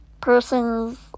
Person's